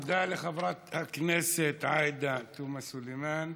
תודה לחברת הכנסת עאידה תומא סלימאן.